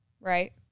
right